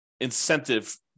incentive